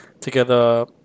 together